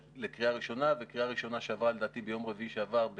סך הכול לגיטימי שיהיו דעות שונות וזה בסדר גמור.